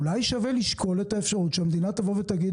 אולי שווה לשקול את האפשרות שהמדינה תבוא ותגיד,